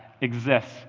exists